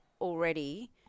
already